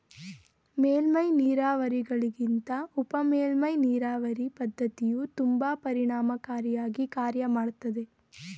ಮೇಲ್ಮೈ ನೀರಾವರಿಗಳಿಗಿಂತ ಉಪಮೇಲ್ಮೈ ನೀರಾವರಿ ಪದ್ಧತಿಯು ತುಂಬಾ ಪರಿಣಾಮಕಾರಿ ಆಗಿ ಕಾರ್ಯ ಮಾಡ್ತದೆ